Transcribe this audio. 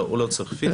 לא, הוא לא צריך פיזית.